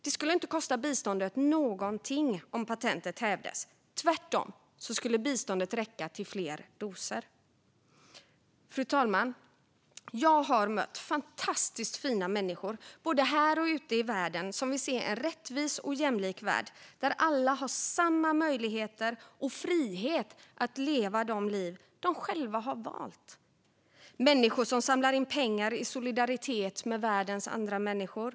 Det skulle inte kosta biståndet någonting om patentet hävdes. Tvärtom skulle biståndet räcka till fler doser. Fru talman! Jag har mött fantastiskt fina människor, både här och ute i världen, som vill se en rättvis och jämlik värld där alla har samma möjligheter och frihet att leva de liv de själva har valt. Det är människor som samlar in pengar i solidaritet med världens andra människor.